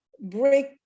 break